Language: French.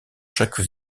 chaque